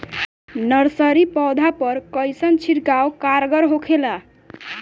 Nursery पौधा पर कइसन छिड़काव कारगर होखेला?